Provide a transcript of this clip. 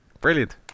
Brilliant